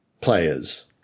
players